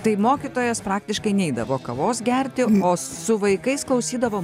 tai mokytojas praktiškai neidavo kavos gerti o su vaikais klausydavo